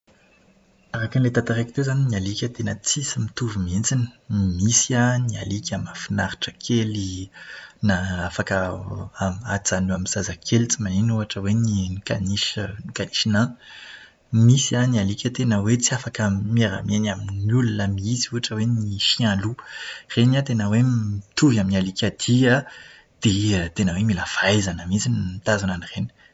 Arakan'ilay tantaraiko teo izany ny alika tena tisy mitovy mihitsiny. Misy an ny alika amahafinaritra kely na afaka ajanona eo amin'ny zazakely tsy maninona, ohatra hoe ny "caniche nain". Misy ny alika tena hoe tsy afaka miara-miaina amin'ny olona mihitsy, ohatra hoe ny "chien loup". Ireny an, tena hoe mitovy amin'ny alika dia. Dia tena hoe mila fahaizana mihitsiny ny mitazona an'ireny.